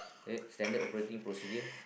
it Standard operating procedure